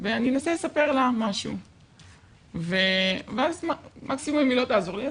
ואני אנסה לספר לה משהו ואז מקסימום היא לא תעזור לי,